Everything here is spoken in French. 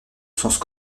sens